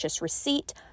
receipt